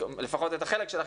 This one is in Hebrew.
לפחות את החלק שלכם,